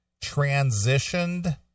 transitioned